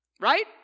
Right